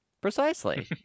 precisely